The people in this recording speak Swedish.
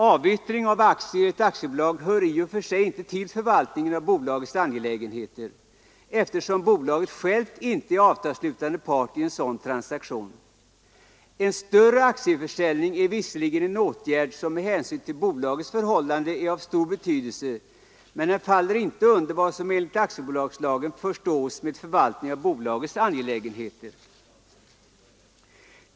Avyttring av aktier i ett aktiebolag hör i och för sig inte till förvaltningen av bolagets angelägenheter, eftersom bolaget självt inte är avtalsslutande part i en sådan transaktion. En större aktieförsäljning är visserligen en åtgärd som med hänsyn till bolagets förhållanden är av stor betydelse, men den faller inte under vad som enligt aktiebolagslagen förstås med förvaltning av bolagets angelägenheter.